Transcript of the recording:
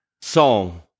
song